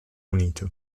unito